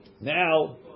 now